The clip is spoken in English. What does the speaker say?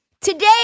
today